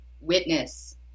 witness